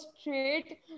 straight